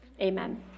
Amen